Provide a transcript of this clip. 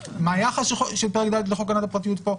מה היחס של פרק ד' בחוק הגנת הפרטיות פה?